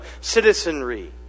citizenry